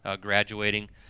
graduating